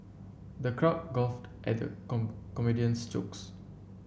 the crowd guffawed at the comedian's jokes